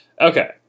Okay